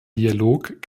dialog